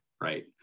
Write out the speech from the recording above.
right